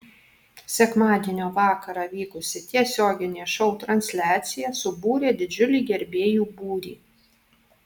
sekmadienio vakarą vykusi tiesioginė šou transliacija subūrė didžiulį gerbėjų būrį